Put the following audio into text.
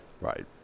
Right